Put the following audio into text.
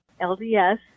LDS